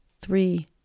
three